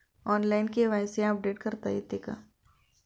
Online KYC update करता येते का?